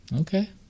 Okay